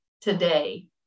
today